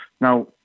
Now